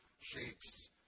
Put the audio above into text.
shapes